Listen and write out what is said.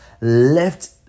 left